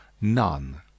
none